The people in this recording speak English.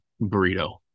burrito